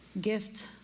gift